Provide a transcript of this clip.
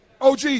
OG